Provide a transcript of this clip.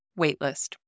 waitlist